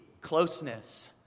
closeness